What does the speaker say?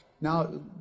Now